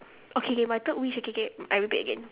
okay K K my third wish K K I repeat again